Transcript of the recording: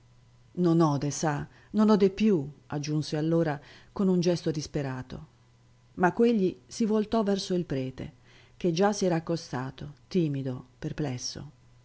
guatarlo non ode sa non ode più aggiunse allora con un gesto disperato ma quegli si voltò verso il prete che già si era accostato timido perplesso